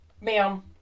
Ma'am